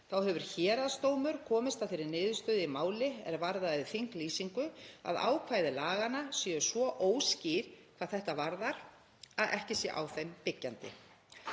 Þá hefur héraðsdómur komist að þeirri niðurstöðu í máli er varðaði þinglýsingu að ákvæði laganna séu svo óskýr hvað þetta varðar að ekki sé á þeim byggjandi.